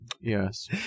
Yes